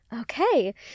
Okay